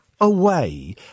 away